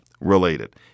related